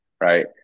right